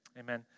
Amen